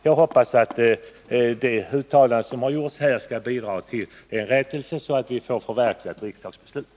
Jag hoppas att det uttalande som gjorts här skall bidra till en rättelse, så att riksdagens beslut kan förverkligas.